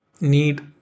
need